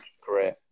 great